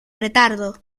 retardo